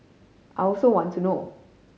I also want to know